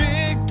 Big